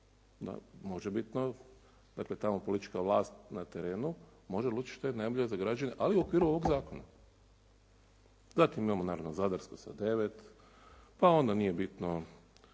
možebitno, dakle tamo politička vlast na terenu može odlučiti šta je najbolje za građane ali u okviru ovog zakona. Zatim imamo naravno Zadarsku sa 9, pa onda nije bitno